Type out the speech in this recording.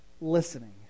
listening